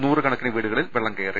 നൂറ് കണക്കിന് വീടുകളിൽ വെള്ളം കയറി